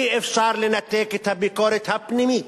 אי-אפשר לנתק את הביקורת הפנימית,